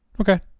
Okay